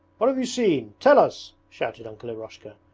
what have you seen? tell us shouted uncle eroshka,